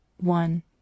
One